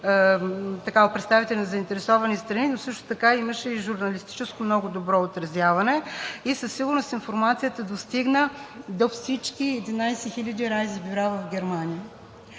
представители на заинтересовани страни, но също така имаше и журналистическо много добро отразяване. Със сигурност информацията достигна до всички 11 хиляди райз бюра в Германия.